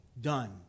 Done